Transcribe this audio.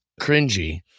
cringy